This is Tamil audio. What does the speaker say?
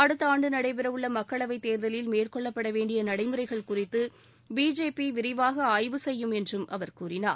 அடுத்த ஆண்டு நடைபெற உள்ள மக்களவைத் தேர்தலில் மேற்கொள்ளப்பட வேண்டிய நடைமுறைகள் குறித்து பிஜேபி விரிவாக ஆய்வு செய்யும் என்றும் அவர் கூறினார்